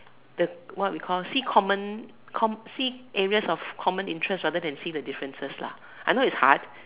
the what we call see common comm~ see areas of common interest rather than see the differences lah I know it's hard